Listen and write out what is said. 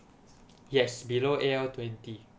yes below A_L twenty